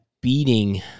beating